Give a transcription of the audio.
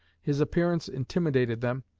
his appearance intimidated them,